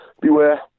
beware